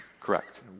Correct